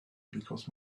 because